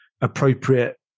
appropriate